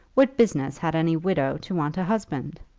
what business had any widow to want a husband?